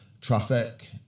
Traffic